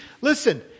Listen